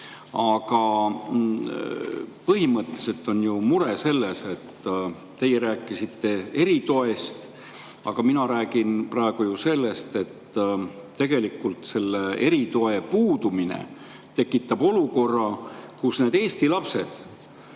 Aga põhimõtteliselt on ju mure selles, et teie rääkisite eritoest, aga mina räägin sellest, et tegelikult eritoe puudumine tekitab olukorra, kus [osa eesti lapsi]